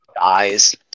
Eyes